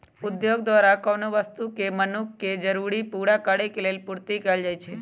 उद्योग द्वारा कोनो वस्तु के मनुख के जरूरी पूरा करेलेल पूर्ति कएल जाइछइ